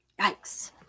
Yikes